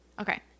Okay